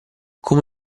come